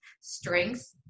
strengths